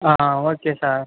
ah okay sir